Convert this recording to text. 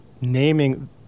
naming